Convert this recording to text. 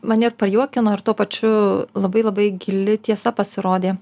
mane ir prajuokino ir tuo pačiu labai labai gili tiesa pasirodė